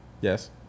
Yes